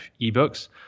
eBooks